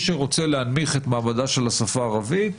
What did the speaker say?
שמאחורי מי שרוצה להנמיך את מעמדה של השפה הערבית.